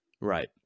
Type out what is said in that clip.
Right